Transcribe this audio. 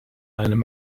einem